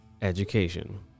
education